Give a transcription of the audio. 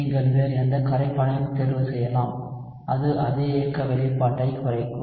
நீங்கள் வேறு எந்த கரைப்பானையும் தேர்வு செய்யலாம் அது அதே இயக்க வெளிப்பாட்டைக் குறைக்கும்